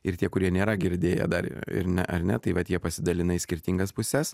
ir tie kurie nėra girdėję dar ir ne ar ne tai vat jie pasidalina į skirtingas puses